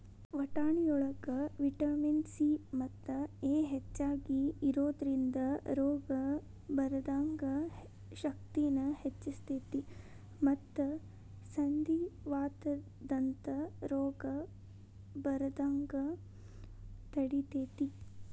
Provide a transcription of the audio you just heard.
ವಟಾಣಿಯೊಳಗ vitamin C ಮತ್ತು E ಹೆಚ್ಚಾಗಿ ಇರೋದ್ರಿಂದ ರೋಗ ಬರದಂಗ ಶಕ್ತಿನ ಹೆಚ್ಚಸ್ತೇತಿ ಮತ್ತ ಸಂಧಿವಾತದಂತ ರೋಗ ಬರದಂಗ ತಡಿತೇತಿ